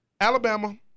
Alabama